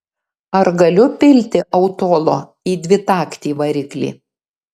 ar galiu pilti autolo į dvitaktį variklį